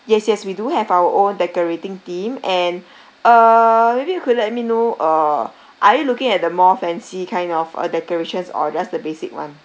yes yes we do have our own decorating team and err maybe you could let me know err are you looking at the more fancy kind of uh decorations or just the basic [one]